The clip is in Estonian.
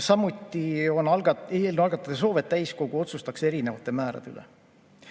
Samuti on algatajate soov, et täiskogu otsustaks erinevate määrade üle.